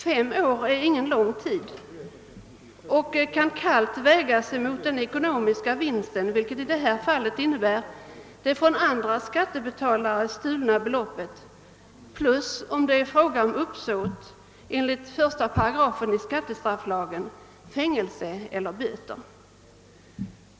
Fem år är ingen lång tid, och den kan kallt vägas mot den ekonomiska vinsten, vilken i det här fallet är det från andra skattebetalare stulna beloppet plus, om det är fråga om uppsåt enligt 1 § skattestrafflagen, fängelse eller böter.